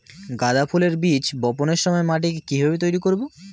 গাদা ফুলের বীজ বপনের সময় মাটিকে কিভাবে তৈরি করব?